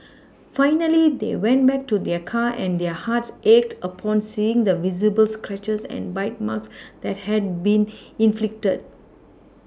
finally they went back to their car and their hearts ached upon seeing the visible scratches and bite marks that had been inflicted